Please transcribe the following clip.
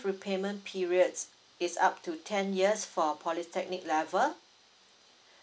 pre payment periods is up to ten years for polytechnic level